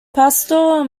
pastor